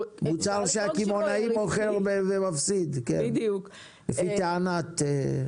במוצר שהקמעונאי מוכר ומפסיד לפי טענת יובל.